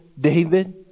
David